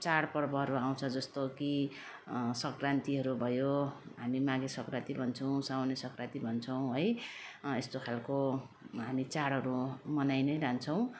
चाडपर्वहरू आउँछ जस्तो कि सङ्क्रान्ति भयो हामी माघे सङ्क्रान्ति भन्छौँ साउने सङ्क्रान्ति भन्छौँ है यस्तो खालको हामी चाडहरू मनाइ नै रहन्छौँ